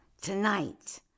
tonight